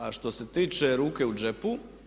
A što se tiče ruke u džepu.